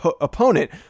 opponent